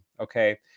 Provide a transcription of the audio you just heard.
Okay